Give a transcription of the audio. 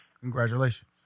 Congratulations